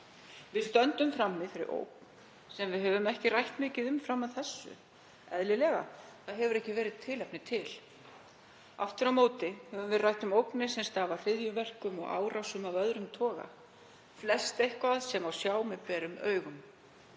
Við stöndum frammi fyrir ógn sem við höfum ekki rætt mikið um fram að þessu, eðlilega. Það hefur ekki verið tilefni til. Aftur á móti höfum við rætt um ógnir sem stafa af hryðjuverkum og árásum af öðrum toga, flest eitthvað sem má sjá með berum augum.